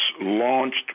launched